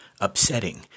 upsetting